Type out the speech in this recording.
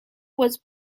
was